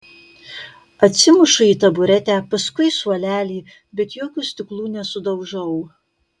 atsimušu į taburetę paskui suolelį bet jokių stiklų nesudaužau